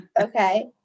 Okay